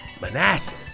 Manasseh